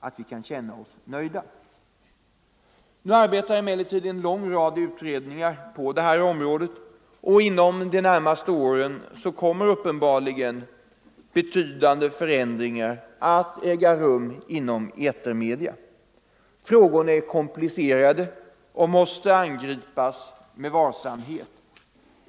frågor Nu arbetar emellertid en lång rad utredningar på detta område, och inom de närmaste åren kommer uppenbarligen betydande förändringar att äga rum inom etermedierna. Frågorna är komplicerade och måste angripas med varsamhet.